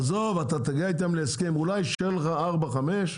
עזוב אתה תגיע איתם להסכם, אולי יישאר לך 4, 5,